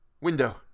Window